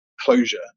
closure